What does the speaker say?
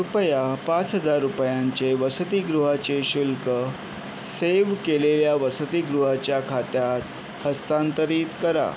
कृपया पाच हजार रुपयांचे वसतिगृहाचे शुल्क सेव्ह केलेल्या वसतिगृहाच्या खात्यात हस्तांतरित करा